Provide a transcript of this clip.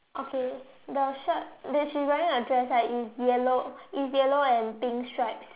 okay the shirt the she's wearing a dress right is yellow is yellow and pink stripes